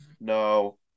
no